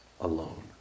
alone